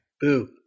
Boo